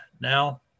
now